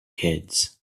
kids